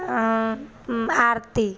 आरती